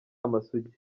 amasugi